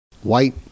White